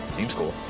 seems cool.